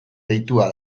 deitua